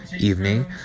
evening